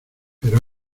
pero